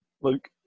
Luke